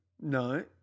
No